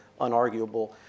unarguable